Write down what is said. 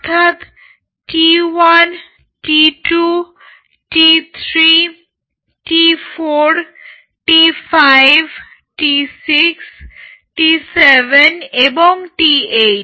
অর্থাৎ T1 T2 T3 T4 T5 T6 T7 T8